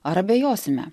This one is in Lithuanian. ar abejosime